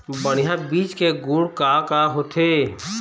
बढ़िया बीज के गुण का का होथे?